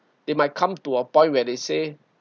they might come to a point where they say